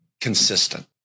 consistent